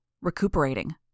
recuperating